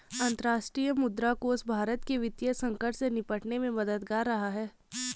अंतर्राष्ट्रीय मुद्रा कोष भारत के वित्तीय संकट से निपटने में मददगार रहा है